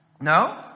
no